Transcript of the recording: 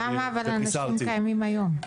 אבל כמה אנשים קיימים היום?